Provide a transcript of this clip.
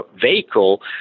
vehicle